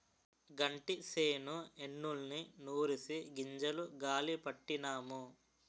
గంటిసేను ఎన్నుల్ని నూరిసి గింజలు గాలీ పట్టినాము